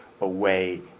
away